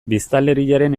biztanleriaren